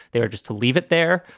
they are just to leave it there.